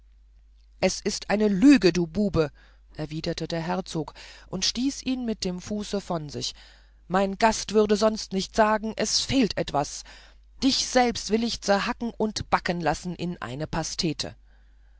es ist eine lüge du bube erwiderte der herzog und stieß ihn mit dem fuße von sich mein gast würde sonst nicht sagen es fehlt etwas dich selbst will ich zerhacken und backen lassen in eine pastete